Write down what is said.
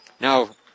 Now